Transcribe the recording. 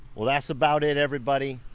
well, that's about it, everybody.